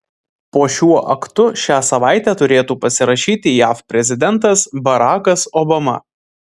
po šiuo aktu šią savaitę turėtų pasirašyti jav prezidentas barakas obama